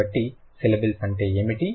కాబట్టి సిలబుల్స్ అంటే ఏమిటి